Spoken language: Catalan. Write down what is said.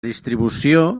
distribució